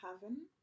haven